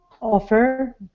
offer